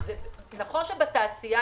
נכון שבתעשייה